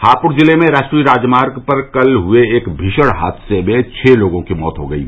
हापुड़ जिले में राष्ट्रीय राजमार्ग पर कल हुए एक भीषण हादसे में छः लोगों की मौत हो गयी